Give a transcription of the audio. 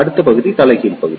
அடுத்த பகுதி தலைகீழ் பகுதி